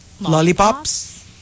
lollipops